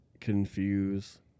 confuse